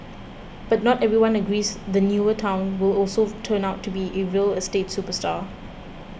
but not everyone agrees the newer town will also turn out to be a real estate superstar